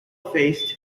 faced